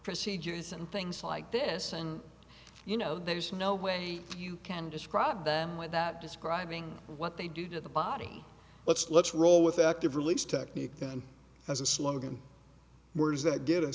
procedures and things like this and you know there's no way you can describe them without describing what they do to the body let's let's roll with active release technique then as a slogan more is that g